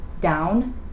down